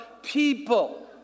people